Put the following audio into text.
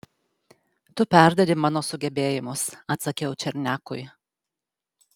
tu perdedi mano sugebėjimus atsakiau černiakui